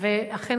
ואכן,